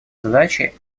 задачи